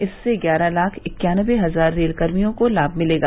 इससे ग्यारह लाख इक्यानवे हज़ार रेल कर्मियों को लाभ मिलेगा